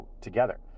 together